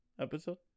episode